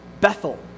Bethel